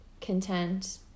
content